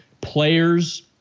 players